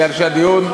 כי הדיון,